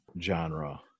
genre